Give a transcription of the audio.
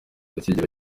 akigendera